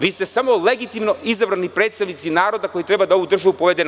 Vi ste samo legitimno izabrani predstavnici naroda koji treba da ovu državu povede napred.